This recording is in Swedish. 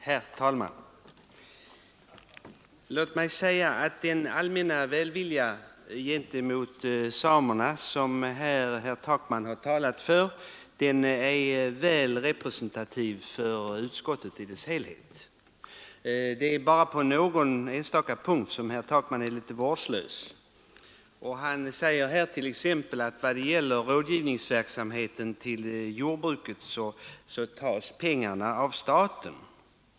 Herr talman! Den allmänna välvilja gentemot samerna som herr Taknun har talat för är representativ för utskottet i dess helhet. Det är bara på någon enstaka punkt som herr Takman är litet vårdslös. Herr Takman säger t.ex. att kostnaderna för rådgivningsverksamheten inom jordbruket betalas av staten.